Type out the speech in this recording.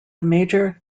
major